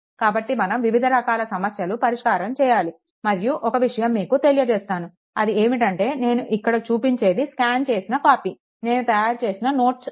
కాబట్టి మనం వివిధ రకాల సమస్యలు పరిష్కారం చేయాలి మరియు ఒక విషయం మీకు తెలియజేస్తాను అది ఏమిటంటే నేను ఇక్కడ చూపించేది స్కాన్ చేసిన కాపీ నేను తయారు చేసిన నోట్స్ ఇది